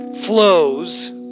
flows